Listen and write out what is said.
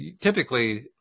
typically